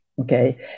okay